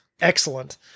excellent